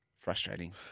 Frustrating